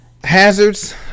Hazards